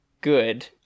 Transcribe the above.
Good